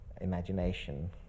imagination